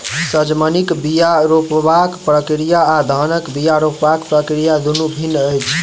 सजमनिक बीया रोपबाक प्रक्रिया आ धानक बीया रोपबाक प्रक्रिया दुनु भिन्न अछि